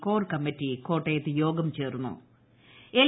core committee ക്യോട്ട്യത്ത് യോഗം ചേർന്നു എൽ